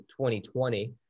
2020